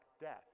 death